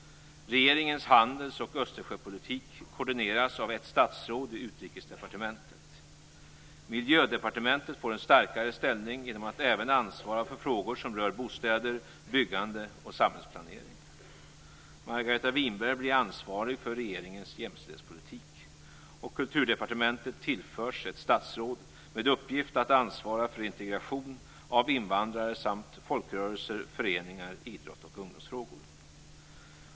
Regeringens handels och östersjöpolitik koordineras av ett statsråd i Utrikesdepartmentet. Miljödepartementet får en starkare ställning genom att även ansvara för frågor som rör bostäder, byggande och samhällsplanering. Margareta Winberg blir ansvarig för regeringens jämställdhetspolitik. Kulturdepartementet tillförs ett statsråd med uppgift att ansvara för integration av invandrare samt folkrörelser, föreningar, idrott och ungdomsfrågor.